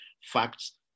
facts